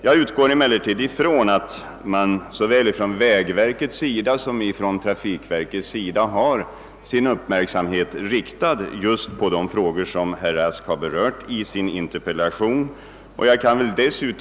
| Jag utgår från att såväl vägverket som trafiksäkerhetsverket har sin uppmärksamhet riktad just på de frågor, som herr Rask har berört i sin interpellation.